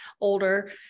older